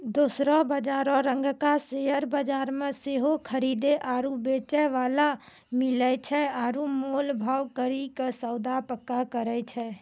दोसरो बजारो रंगका शेयर बजार मे सेहो खरीदे आरु बेचै बाला मिलै छै आरु मोल भाव करि के सौदा पक्का करै छै